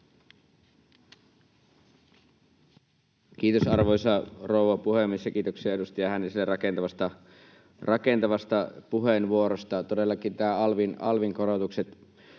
Kiitos, arvoisa rouva puhemies! Kiitoksia edustaja Hänniselle rakentavasta puheenvuorosta. Todellakin nämä alvin korotukset